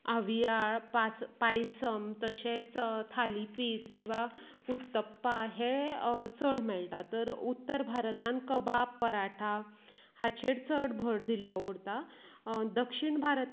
आवियाळ पास पायसम तशेंच थाली पीठ किंवा उत्तप्पा हे चड मेळटात तर उत्तर भारतांत कबाब पराठा हाचेर चड भर दिल्लो उरता दक्षीण भारतांत